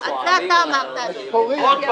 את זה אתה אמרת, אדוני.